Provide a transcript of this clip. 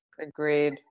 Agreed